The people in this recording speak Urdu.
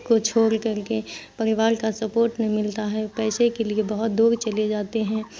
کو چھول کل کے پریوار کا سپورٹ نہیں ملتا ہے پیسے کے لیے بہت دور چلے جاتے ہیں